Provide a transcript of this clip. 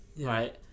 Right